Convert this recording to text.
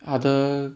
other